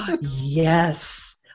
Yes